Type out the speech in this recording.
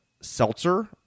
seltzer